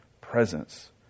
presence